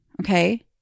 Okay